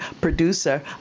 producer